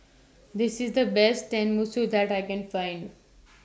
This IS The Best Tenmusu that I Can Find